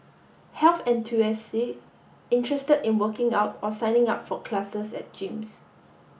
health interested in working out or signing up for classes at gyms